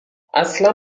اصلا